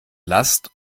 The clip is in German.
last